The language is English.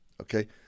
okay